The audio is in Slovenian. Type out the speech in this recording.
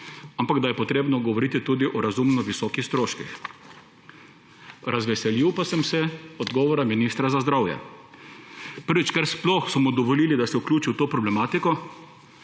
ampak da je potrebno govoriti tudi o razumno visokih stroških. Razveselil pa sem se odgovora ministra za zdravje. Prvič, ker sploh so mu dovolili, da se vključi v to problematiko,